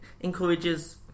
encourages